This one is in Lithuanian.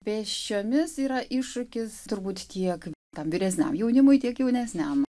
pėsčiomis yra iššūkis turbūt tiek tam vyresniam jaunimui tiek jaunesniam